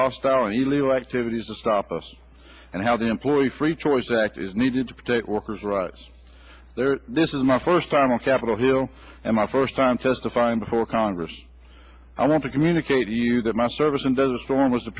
hostile and illegal activities to stop us and how the employee free choice act is needed to protect workers rights there this is my first time on capitol hill and my first time testifying before congress i want to communicate to you that my service in desert storm was to